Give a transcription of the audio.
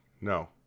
No